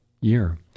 year